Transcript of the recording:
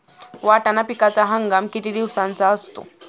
वाटाणा पिकाचा हंगाम किती दिवसांचा असतो?